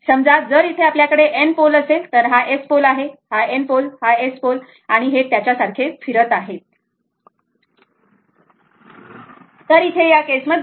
समजा जर इथे आपल्याकडे N पोल असेल तर हा S पोल आहे N पोल S पोल आणि हे त्याच्या सारखे फिरत आहे हे याच्या सारखे फिरत आहे